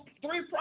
three